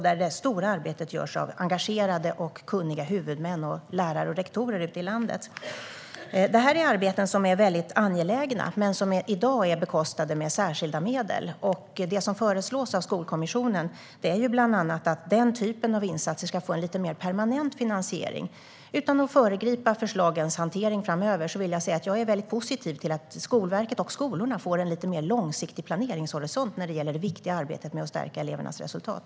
Det är engagerade och kunniga huvudmän, lärare och rektorer ute i landet som gör det stora arbetet. Dessa arbeten är väldigt angelägna, men de bekostas i dag av särskilda medel. Skolkommissionen föreslår bland annat att insatser av den typen ska få en lite mer permanent finansiering. Utan att föregripa förslagens hantering framöver vill jag säga att jag är väldigt positiv till att Skolverket och skolorna får en lite mer långsiktig planeringshorisont när det gäller det viktiga arbetet med att stärka elevernas resultat.